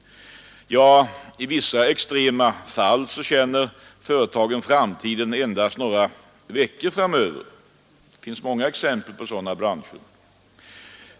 I vissa extrema fall känner företagen framtiden endast några veckor framöver. Det finns många exempel på sådana branscher.